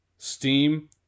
Steam